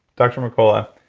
dr. mercola,